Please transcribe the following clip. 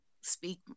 speak